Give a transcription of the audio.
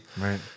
Right